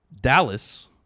Dallas